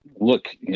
look